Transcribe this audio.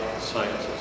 science